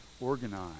organize